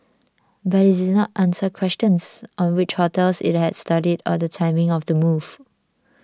but it did not answer questions on which hotels it had studied or the timing of the move